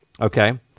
okay